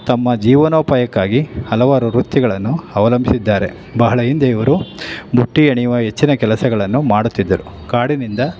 ತಮ್ಮ ಜೀವನೋಪಾಯಕ್ಕಾಗಿ ಹಲವಾರು ವೃತ್ತಿಗಳನ್ನು ಅವಲಂಬಿಸಿದ್ದಾರೆ ಬಹಳ ಹಿಂದೆ ಇವರು ಬುಟ್ಟಿ ಹೆಣೆಯುವ ಹೆಚ್ಚಿನ ಕೆಲಸಗಳನ್ನು ಮಾಡುತ್ತಿದ್ದರು ಕಾಡಿನಿಂದ